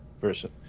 version